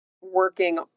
working